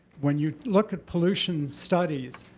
when you look at pollution studies,